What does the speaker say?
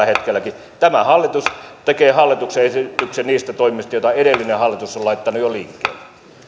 hetkellä tämä hallitus tekee hallituksen esityksen niistä toimista joita edellinen hallitus on laittanut jo liikkeelle